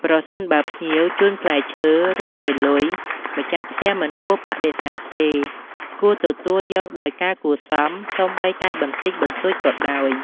ប្រសិនបើភ្ញៀវជូនផ្លែឈើ ឬ ជាលុយ ម្ចាស់ផ្ទះមិនគួរបដិសេធទេ គួរទទួលយកដោយការគួរសម សូម្បីតែបន្តិចបន្តួចក៏ដោយ។